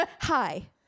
hi